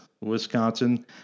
Wisconsin